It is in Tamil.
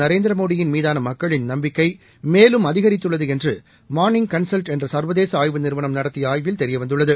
நரேந்திர மோடியின் மீதான மக்களின் நம்பிக்கை மேலும் அதிகரித்துள்ளது என்றுமார்னிங்கன்சல்ட்என்றசர்வதேசஆய்வுநிறுவனம்நடத்தியஆய்வில்தெரியவந் துள்ளது